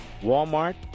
Walmart